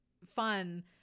fun